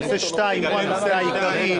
נושא 2 הוא הנושא העיקרי.